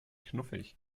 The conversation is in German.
knuffig